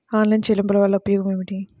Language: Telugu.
ఆన్లైన్ చెల్లింపుల వల్ల ఉపయోగమేమిటీ?